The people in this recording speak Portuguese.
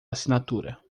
assinatura